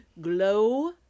glow